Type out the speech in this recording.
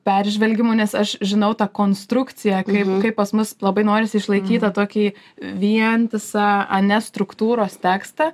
peržvelgimu nes aš žinau tą konstrukciją kaip kaip pas mus labai norisi išlaikyt tą tokį vientisą ane struktūros tekstą